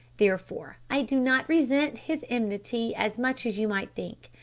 therefore, i do not resent his enmity as much as you might think.